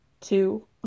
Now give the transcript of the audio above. two